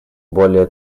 более